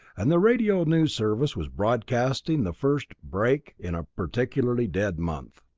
and the radio news service was broadcasting the first break in a particularly dead month.